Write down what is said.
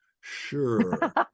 sure